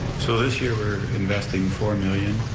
so this year we're investing four million,